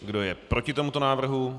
Kdo je proti tomuto návrhu?